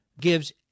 gives